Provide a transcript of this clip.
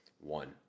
one